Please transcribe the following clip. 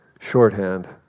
shorthand